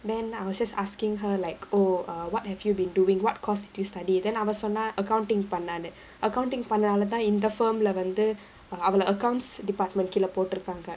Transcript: then I was just asking her like oh err what have you been doing what course did you study then அவ சொன்னா:ava sonnaa accounting பண்ணான்னு:pannaanu accounting பண்ணணாலதா இந்த:pannanaalathaa indha firm lah வந்து:vandhu uh அவள:avala accounts department கீழ போட்டுருக்காங்க:keela potturukkaanga